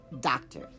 Doctor